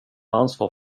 ansvar